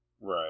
Right